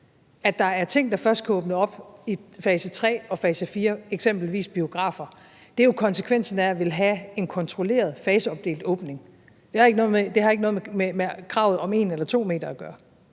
At der er ting, der først kan åbne op i fase tre og fase fire – eksempelvis biografer – er jo konsekvensen af at ville have en kontrolleret, faseopdelt åbning. Det har ikke noget med kravet om 1 eller 2 m at gøre.